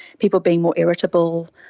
people being more irritable,